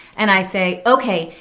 and i say, ok,